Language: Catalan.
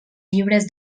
llibres